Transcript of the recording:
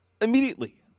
immediately